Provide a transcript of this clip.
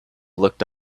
looked